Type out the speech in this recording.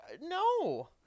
no